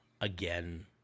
again